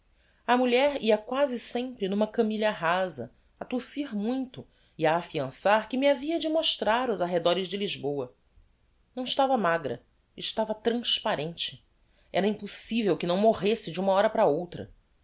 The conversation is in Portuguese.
mulher a mulher ia quasi sempre n'uma camilha raza a tossir muito e a afiançar que me havia de mostrar os arredores de lisboa não estava magra estava transparente era impossivel que não morresse de uma hora para outra